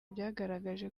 byagaragaje